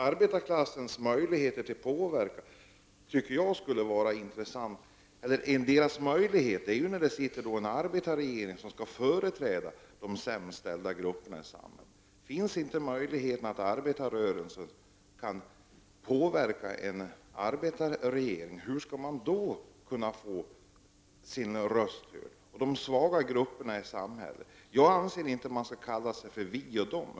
Arbetarklassens möjligheter till påverkan tycker jag skulle vara någonting intressant. Arbetarklassen bör naturligtvis ha de största möjligheterna när det sitter en arbetarregering, som skall företräda de sämst ställda grupperna i samhället. Om arbetarklassen inte har möjlighet att påverka en arbetarregering, hur skall den då kunna göra sin röst hörd för de svaga grupperna i samhället? Jag anser inte att vi skall säga ”vi” och ”dom”.